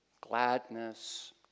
gladness